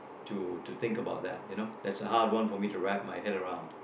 to to think about that you know that's a hard one for me to wrap my head around